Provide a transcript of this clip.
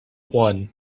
one